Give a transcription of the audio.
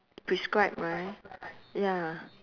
prescribed right ya